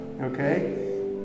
Okay